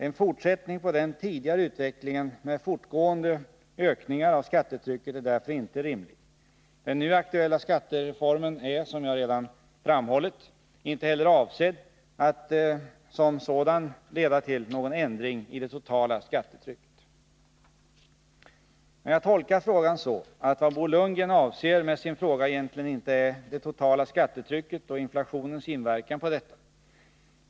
En fortsättning på den tidigare utvecklingen med fortgående ökningar av skattetrycket är därför inte rimlig. Den nu aktuella skattereformen är, som jag redan har framhållit, inte heller avsedd att som sådan leda till någon ändring i det totala skattetrycket. Men jag tolkar frågan så, att vad Bo Lundgren avser med sin fråga egentligen inte är det totala skattetrycket och inflationens inverkan på detta.